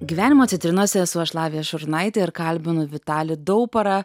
gyvenimo citrinose esu aš lavija šurnaitė ir kalbinu vitalį dauparą